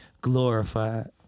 glorified